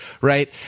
right